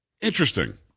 interesting